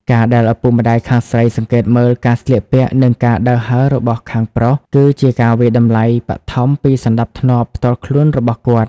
ការដែលឪពុកម្ដាយខាងស្រីសង្កេតមើល "ការស្លៀកពាក់ និងការដើរហើរ" របស់ខាងប្រុស គឺជាការវាយតម្លៃបឋមពីសណ្ដាប់ធ្នាប់ផ្ទាល់ខ្លួនរបស់គាត់។